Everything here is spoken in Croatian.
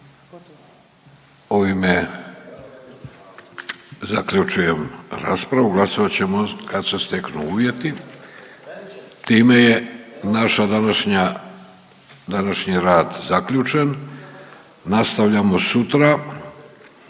Ovime zaključujem raspravu, glasovat ćemo kad se steknu uvjeti, time je naša današnja, današnji rad zaključen, nastavljamo sutra,